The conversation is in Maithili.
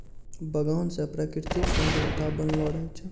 बगान से प्रकृतिक सुन्द्ररता बनलो रहै छै